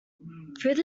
through